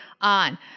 on